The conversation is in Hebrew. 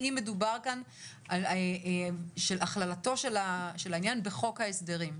האם מדובר כאן על הכללתו של העניין בחוק ההסדרים?